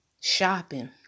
shopping